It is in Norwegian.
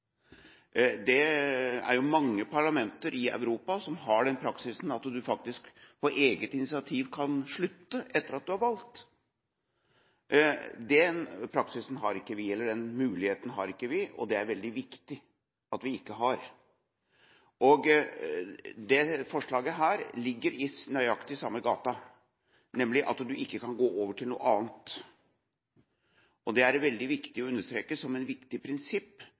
Det er mange parlamenter i Europa som har den praksisen at du faktisk på eget initiativ kan slutte etter at du er valgt. Den praksisen eller muligheten har ikke vi, og det er veldig viktig at vi ikke har. Dette forslaget ligger i nøyaktig samme gate, nemlig at du ikke kan gå over til noe annet. Det er det veldig viktig å understreke som et viktig prinsipp.